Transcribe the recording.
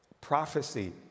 Prophecy